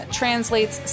translates